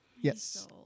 Yes